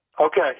Okay